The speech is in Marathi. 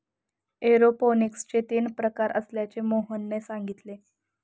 एरोपोनिक्सचे तीन प्रकार असल्याचे मोहनने सांगितले